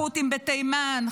החות'ים בתימן,